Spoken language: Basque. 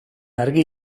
argi